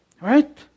Right